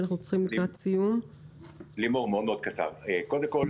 קודם כל,